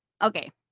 Okay